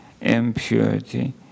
impurity